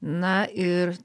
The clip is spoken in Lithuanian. na ir